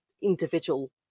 individual